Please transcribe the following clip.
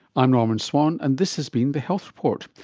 i'm norman swan, and this has been the health report.